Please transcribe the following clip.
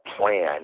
plan